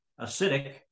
acidic